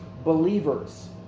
Believers